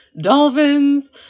dolphins